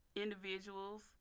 individuals